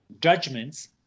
judgments